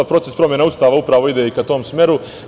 Proces promene Ustava upravo ide ka tom smeru.